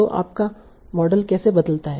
तो आपका मॉडल कैसे बदलता है